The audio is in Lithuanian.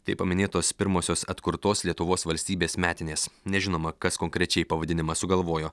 taip paminėtos pirmosios atkurtos lietuvos valstybės metinės nežinoma kas konkrečiai pavadinimą sugalvojo